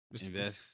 invest